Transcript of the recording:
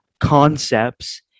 concepts